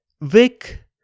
Vic